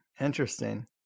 Interesting